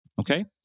Okay